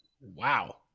Wow